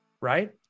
Right